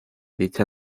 dicha